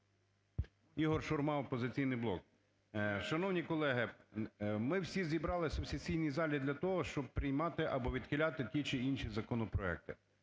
Ігор Шурма, "Опозиційний блок". Шановні колеги! Ми всі зібралися в цій сесійній залі для того, щоб приймати або відхиляти ті чи інші законопроекти.